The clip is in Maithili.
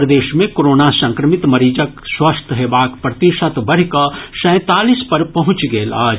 प्रदेश मे कोरोना संक्रमित मरीजक स्वस्थ हेबाक प्रतिशत बढ़ि कऽ सैंतालीस पर पहुंचि गेल अछि